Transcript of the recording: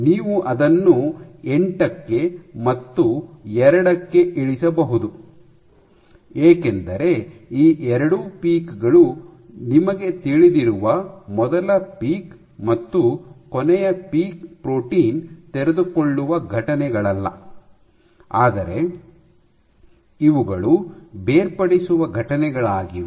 ನೀವು ಅದನ್ನು ಎಂಟಕ್ಕೆ ಮತ್ತು ಎರಡಕ್ಕೆ ಇಳಿಸಬಹುದು ಏಕೆಂದರೆ ಈ ಎರಡು ಪೀಕ್ ಗಳು ನಿಮಗೆ ತಿಳಿದಿರುವ ಮೊದಲ ಪೀಕ್ ಮತ್ತು ಕೊನೆಯ ಪೀಕ್ ಪ್ರೋಟೀನ್ ತೆರೆದುಕೊಳ್ಳುವ ಘಟನೆಗಳಲ್ಲ ಆದರೆ ಇವುಗಳು ಬೇರ್ಪಡಿಸುವ ಘಟನೆಗಳಾಗಿವೆ